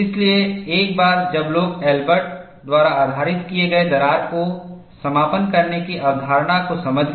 इसलिए एक बार जब लोग एल्बर्ट द्वारा आधारित किए गए दरार को समापन करने की अवधारणा को समझ गए